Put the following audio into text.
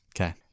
Okay